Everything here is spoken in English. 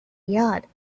yacht